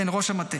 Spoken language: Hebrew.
כן, ראש המטה.